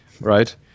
right